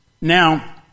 Now